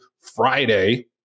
Friday